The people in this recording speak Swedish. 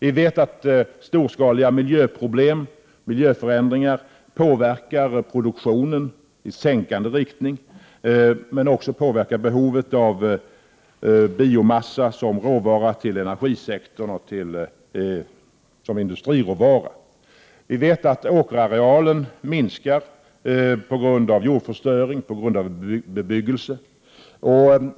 Vi vet att storskaliga miljöproblem, miljöförändringar påverkar produktionen i sänkande riktning. Detta påverkar också behovet av biomassa såsom råvara till energisektorn och industrin. Vi vet att åkerarealen minskar på grund av jordförstöring och bebyggelse.